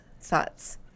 thoughts